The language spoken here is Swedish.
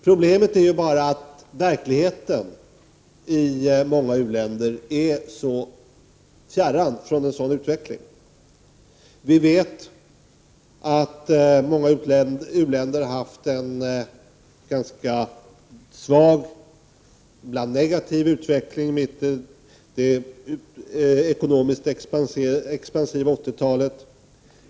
Problemet är bara att verkligheten i många u-länder är så fjärran från en sådan utveckling. Vi vet att många u-länder har haft en ganska svag, ibland negativ, utveckling under det ekonomiskt expansiva 80-talet.